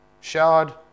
showered